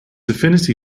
affinity